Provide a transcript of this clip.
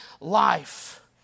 life